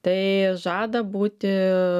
tai žada būti